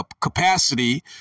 capacity